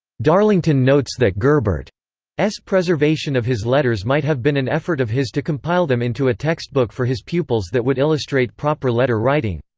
darlington notes that gerbert's preservation of his letters might have been an effort of his to compile them into a textbook for his pupils that would illustrate proper letter writing.